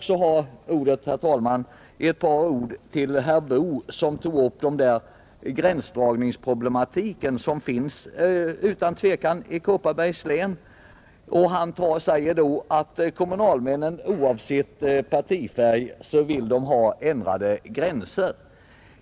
Så ett par ord, herr talman, till herr Boo, som tog upp gränsdragningsproblematiken i Kopparbergs län och talade om att kommunalmännen där, oavsett partifärg, vill ha ändrade gränser,